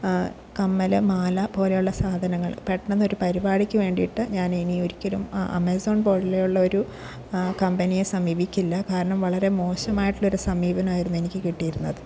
കമ്മല് മാല പോലുള്ള സാധനങ്ങൾ പെട്ടെന്ന് ഒരു പരിപാടിക്ക് വേണ്ടിയിട്ട് ഞാൻ ഇനി ഒരിക്കലും ആ ആമസോൺ പോലെയുള്ള ഒരു കമ്പനിയെ സമീപിക്കില്ല കാരണം വളരെ മോശമായിട്ടുള്ളൊരു സമീപനമായിരുന്നു എനിക്ക് കിട്ടിയിരുന്നത്